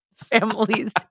families